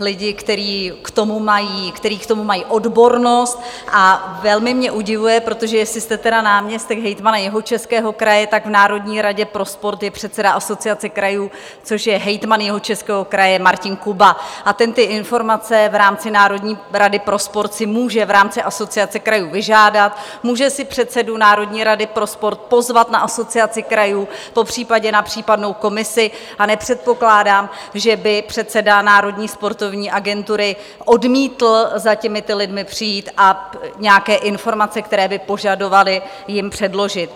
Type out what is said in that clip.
lidé, kteří k tomu mají odbornost, a velmi mě udivuje, protože jestli jste náměstek hejtmana Jihočeského kraje, tak v Národní radě pro sport je předseda Asociace krajů, což je hejtman Jihočeského kraje Martin Kuba, a ten informace v rámci Národní rady pro sport si může v rámci Asociace krajů vyžádat, může si předsedu Národní rady pro sport pozvat na Asociaci krajů, popřípadě na případnou komisi, a nepředpokládám, že by předseda Národní sportovní agentury odmítl za těmito lidmi přijít a nějaké informace, které by požadovali, jim předložit.